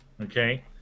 Okay